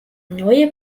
neue